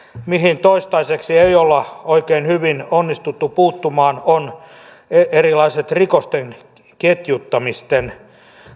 mihin toistaiseksi ei olla oikein hyvin onnistuttu puuttumaan ovat erilaiset rikosten ketjuttamisten